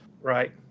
Right